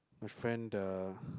my friend the